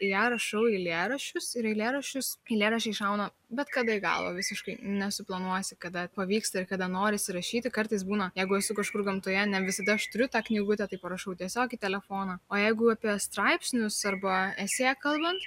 į ją rašau eilėraščius ir eilėraščius eilėraščiai šauna bet kada į galvą visiškai nesuplanuosi kada pavyksta ir kada norisi rašyti kartais būna jeigu esu kažkur gamtoje ne visada aš turiu tą knygutę tai parašau tiesiog į telefoną o jeigu apie straipsnius arba esė kalbant